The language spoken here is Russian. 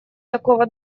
такого